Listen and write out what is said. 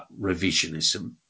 revisionism